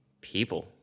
people